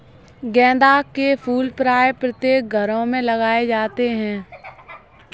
गेंदा के फूल प्रायः प्रत्येक घरों में लगाए जाते हैं